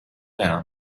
down